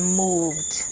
moved